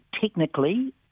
technically